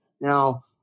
Now